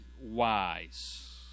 wise